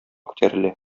күтәрелә